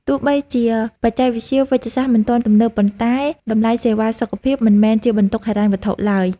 ទោះបីជាបច្ចេកវិទ្យាវេជ្ជសាស្ត្រមិនទាន់ទំនើប ប៉ុន្តែតម្លៃសេវាសុខភាពមិនមែនជាបន្ទុកហិរញ្ញវត្ថុឡើយ។